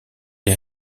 les